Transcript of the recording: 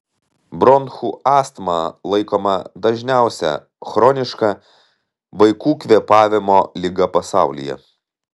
bronchų astma laikoma dažniausia chroniška vaikų kvėpavimo liga pasaulyje